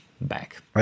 back